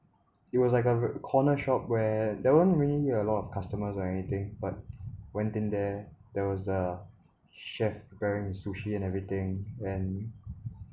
it was like a corner shop where that one really a lot of customers or anything but went in there there was a chef preparing sushi and everything and